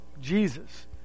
Jesus